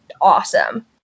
awesome